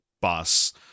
bus